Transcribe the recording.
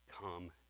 Come